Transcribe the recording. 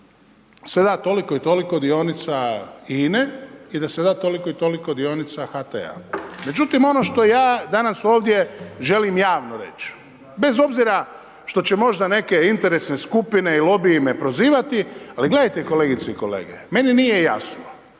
da se da toliko i toliko dionica INA-e i da se da toliko i toliko dionica HT-a. Međutim, ono što ja danas ovdje želim javno reći, bez obzira što će možda neke interesne skupine i lobiji me prozivati, ali gledajte kolegice i kolege. Meni nije jasno.